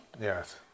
Yes